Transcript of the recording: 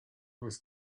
was